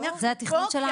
זה התכנון שלכם?